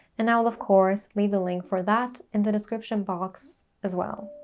and i will of course leave the link for that in the description box as well.